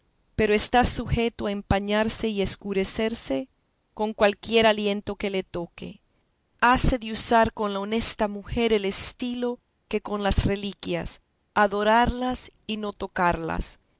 pero está sujeto a empañarse y escurecerse con cualquiera aliento que le toque hase de usar con la honesta mujer el estilo que con las reliquias adorarlas y no tocarlas